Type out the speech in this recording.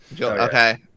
Okay